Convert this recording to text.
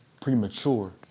premature